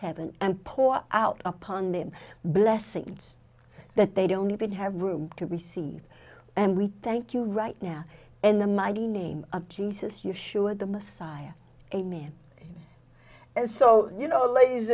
heaven and pour out upon them blessings that they don't even have room to receive and we thank you right now in the mighty name of jesus yeshua the messiah amen and so you know ladies